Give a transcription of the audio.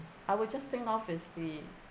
I would just think of is the